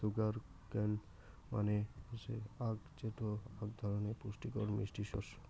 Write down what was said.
sugar cane মানে হসে আখ যেটো আক ধরণের পুষ্টিকর মিষ্টি শস্য